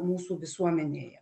mūsų visuomenėje